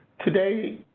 today,